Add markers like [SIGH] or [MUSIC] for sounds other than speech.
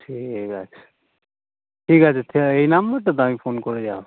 ঠিক আছে ঠিক আছে [UNINTELLIGIBLE] এই নাম্বারটা তো আমি ফোন করে যাব